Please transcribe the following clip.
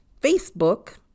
Facebook